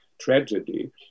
tragedy